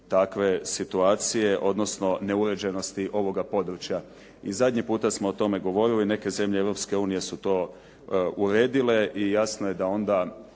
takve situacije, odnosno neuređenosti ovoga područja. I zadnji puta smo o tome govorili, neke zemlje Europske unije su to uredile. I jasno je da onda